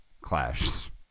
Clash